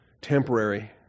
Temporary